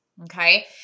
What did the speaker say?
okay